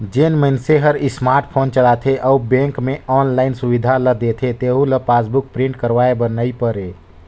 जेन मइनसे हर स्मार्ट फोन चलाथे अउ बेंक मे आनलाईन सुबिधा ल देथे तेहू ल पासबुक प्रिंट करवाये बर नई परे